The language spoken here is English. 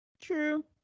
True